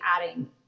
adding